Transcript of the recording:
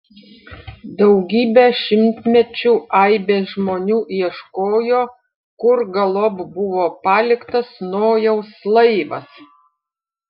daugybę šimtmečių aibės žmonių ieškojo kur galop buvo paliktas nojaus laivas